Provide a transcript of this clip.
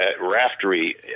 Raftery